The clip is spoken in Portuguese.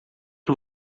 que